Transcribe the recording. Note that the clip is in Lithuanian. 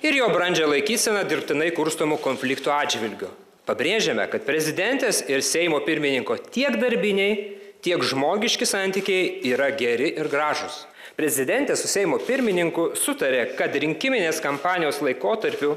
ir jo brandžią laikyseną dirbtinai kurstomų konfliktų atžvilgiu pabrėžiame kad prezidentės ir seimo pirmininko tiek darbiniai tiek žmogiški santykiai yra geri ir gražūs prezidentė su seimo pirmininku sutarė kad rinkiminės kampanijos laikotarpiu